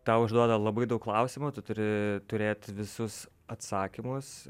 tau užduoda labai daug klausimų tu turi turėt visus atsakymus